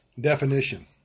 Definition